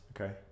Okay